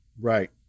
Right